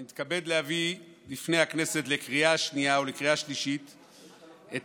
אני מתכבד להביא בפני הכנסת לקריאה השנייה ולקריאה השלישית את